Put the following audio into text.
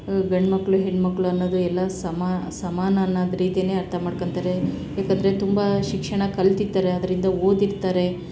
ಗಂಡುಮಕ್ಳು ಹೆಣ್ಣುಮಕ್ಳು ಅನ್ನೋದು ಎಲ್ಲ ಸಮಾನ ಸಮಾನ ಅನ್ನಾದು ರೀತಿನೇ ಅರ್ಥ ಮಾಡ್ಕೊಂತಾರೆ ಯಾಕಂದರೆ ತುಂಬ ಶಿಕ್ಷಣ ಕಲ್ತಿರ್ತಾರೆ ಅದರಿಂದ ಓದಿರ್ತಾರೆ